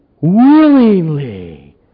willingly